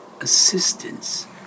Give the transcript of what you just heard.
assistance